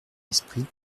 esprit